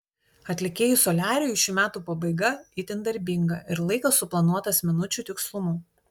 atlikėjui soliariui šių metų pabaiga itin darbinga ir laikas suplanuotas minučių tikslumu